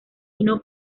sino